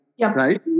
right